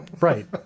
Right